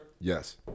Yes